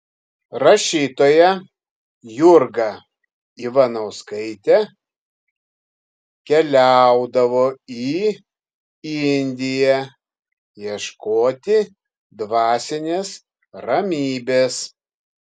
rašytoja jurga ivanauskaitė keliaudavo į indiją ieškoti dvasinės ramybės